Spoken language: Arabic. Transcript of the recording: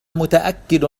متأكد